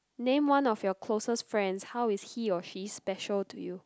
name one of your closest friends how is he or she special to you